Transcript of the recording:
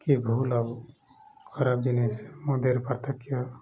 କିଏ ଭୁଲ ଆଉ ଖରାପ ଜିନିଷ ମୋ ଦେହରେ ପାର୍ଥକ୍ୟ